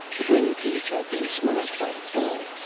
the brain cage had been smashed by the fall.